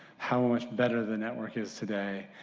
how much better the network is today.